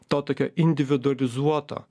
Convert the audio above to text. to tokio individualizuoto